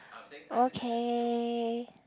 okay